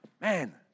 Man